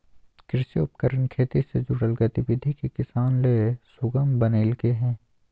कृषि उपकरण खेती से जुड़ल गतिविधि के किसान ले सुगम बनइलके हें